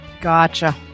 Gotcha